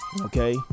Okay